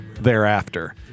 thereafter